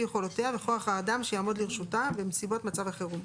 יכולותיה וכוח האדם שיעמוד לרשותה בנסיבות מצב חירום,